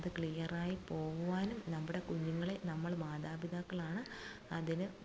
അത് ക്ലിയറായി പോകുവാനും നമ്മുടെ കുഞ്ഞുങ്ങളെ നമ്മൾ മാതാപിതാക്കളാണ് അതിന്